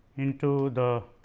into the